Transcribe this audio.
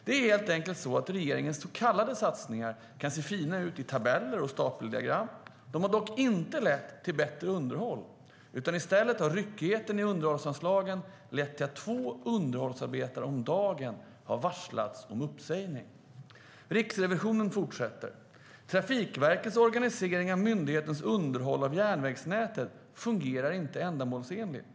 Det är helt enkelt så att regeringens så kallade satsningar kan se fina ut i tabeller och stapeldiagram. De har dock inte lett till bättre underhåll. I stället har ryckigheten i underhållsanslagen lett till att två underhållsarbetare om dagen har varslats om uppsägning. Riksrevisionen fortsätter: "Trafikverkets organisering av myndighetens underhåll av järnvägsnätet fungerar inte ändamålsenligt.